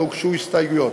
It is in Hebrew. לא הוגשו הסתייגויות.